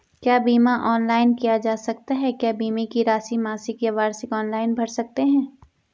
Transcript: क्या बीमा ऑनलाइन किया जा सकता है क्या बीमे की राशि मासिक या वार्षिक ऑनलाइन भर सकते हैं?